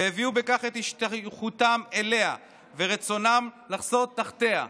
והביעו בכך את השתייכותם אליה ורצונם לחסות תחתיה.